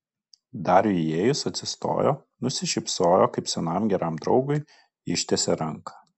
dariui įėjus atsistojo nusišypsojo kaip senam geram draugui ištiesė ranką